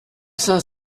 cinq